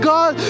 God